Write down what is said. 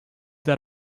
that